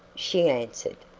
she answered.